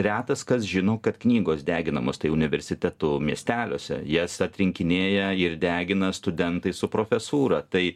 retas kas žino kad knygos deginamos tai universitetų miesteliuose jas atrinkinėja ir degina studentai su profesūra tai